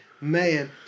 Man